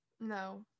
No